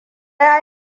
ya